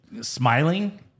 Smiling